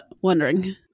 wondering